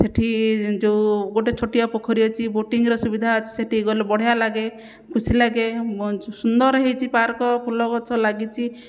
ସେଠି ଯେଉଁ ଗୋଟେ ଛୋଟିଆ ପୋଖରୀ ଅଛି ବୋଟିଂର ସୁବିଧା ଅଛି ସେଠିକି ଗଲେ ବଢ଼ିଆ ଲାଗେ ଖୁସି ଲାଗେ ସୁନ୍ଦର ହେଇଛି ପାର୍କ ଫୁଲଗଛ ଲାଗିଛି